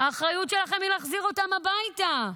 האחריות שלכם היא להחזיר אותם הביתה.